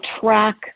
track